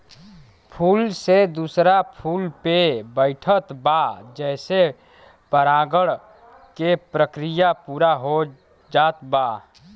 फूल से दूसरा फूल पे बैठत बा जेसे परागण के प्रक्रिया पूरा हो जात बा